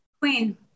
Queen